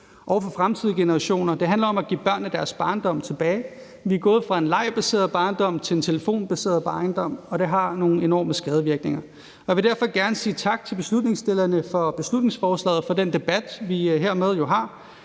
og for fremtidige generationer. Det handler om at give børnene deres barndom tilbage. Vi er gået fra en legebaseret barndom til en telefonbaseret barndom, og det har nogle enorme skadevirkninger. Jeg vil derfor gerne sige tak til forslagsstillerne for beslutningsforslaget og for den debat, vi hermed har,